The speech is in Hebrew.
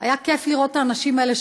היה כיף לראות את האנשים האלה,